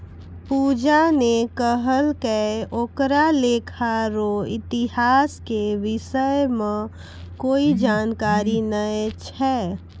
पूजा ने कहलकै ओकरा लेखा रो इतिहास के विषय म कोई जानकारी नय छै